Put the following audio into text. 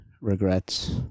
regrets